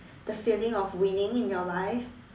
the feeling of winning in your life